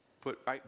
put